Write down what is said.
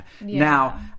Now